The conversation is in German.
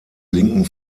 linken